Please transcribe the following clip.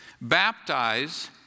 baptize